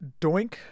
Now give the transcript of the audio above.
Doink